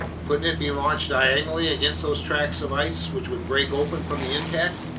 couldn't it be launched diagonally against those tracts of ice, which would break open from the impact?